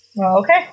Okay